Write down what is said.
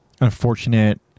unfortunate